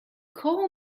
call